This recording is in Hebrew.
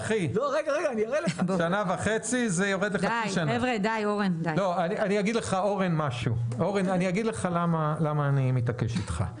אני אגיד לך אורן למה אני מתעקש איתך.